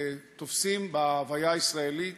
תופסים בהוויה הישראלית?